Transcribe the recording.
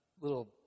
little